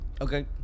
Okay